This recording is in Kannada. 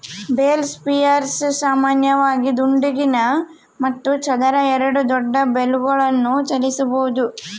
ಬೇಲ್ ಸ್ಪಿಯರ್ಸ್ ಸಾಮಾನ್ಯವಾಗಿ ದುಂಡಗಿನ ಮತ್ತು ಚದರ ಎರಡೂ ದೊಡ್ಡ ಬೇಲ್ಗಳನ್ನು ಚಲಿಸಬೋದು